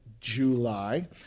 July